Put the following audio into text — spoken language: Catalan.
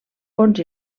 fons